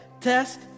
Test